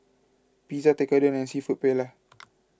Pizza Tekkadon and Seafood Paella